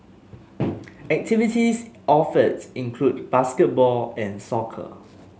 activities offered include basketball and soccer